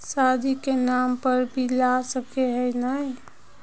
शादी के नाम पर भी ला सके है नय?